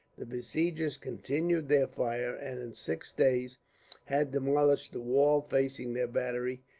the besiegers continued their fire, and in six days had demolished the wall facing their battery,